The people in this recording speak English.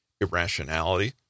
irrationality